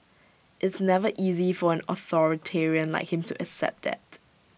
it's never easy for an authoritarian like him to accept that